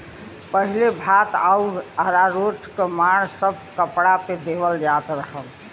पहिले भात आउर अरारोट क माड़ सब कपड़ा पे देवल जात रहल